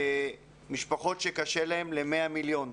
למשפחות שקשה להן ל-100 מיליון.